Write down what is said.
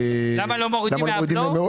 למה לא מורידים מראש?